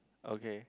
okay